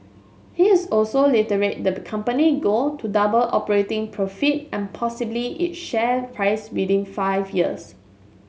he has also reiterated the company goal to double operating profit and possibly its share price within five years